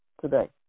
today